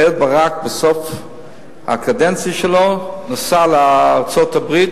אהוד ברק בסוף הקדנציה שלו נסע לארצות-הברית,